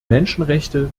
menschenrechte